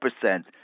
percent